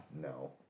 No